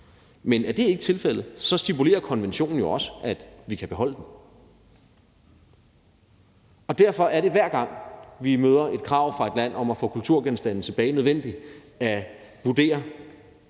Men er det ikke tilfældet, stipulerer konventionen jo også, at vi kan beholde dem. Derfor er det, hver gang vi møder et krav fra et land om at få kulturgenstande tilbage, nødvendigt at vurdere